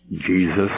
Jesus